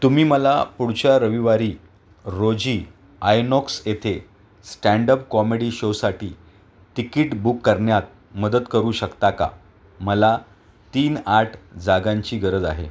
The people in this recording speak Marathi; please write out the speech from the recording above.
तुम्ही मला पुढच्या रविवारी रोजी आयनोक्स येथे स्टँडअप कॉमेडि शोसाठी तिकीट बुक करण्यात मदत करू शकता का मला तीन आठ जागांची गरज आहे